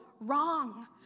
wrong